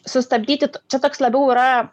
sustabdyti čia toks labiau yra